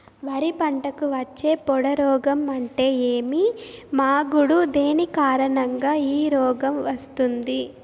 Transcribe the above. వరి పంటకు వచ్చే పొడ రోగం అంటే ఏమి? మాగుడు దేని కారణంగా ఈ రోగం వస్తుంది?